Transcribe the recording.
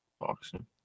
Boxing